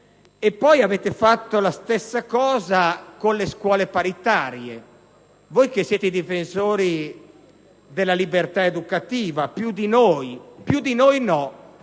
Avete fatto la stessa cosa con le scuole paritarie, voi che siete i difensori della libertà educativa, più di noi. In realtà non